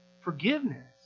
forgiveness